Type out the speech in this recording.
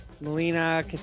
Melina